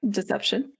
deception